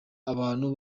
abantu